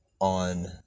on